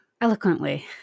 eloquently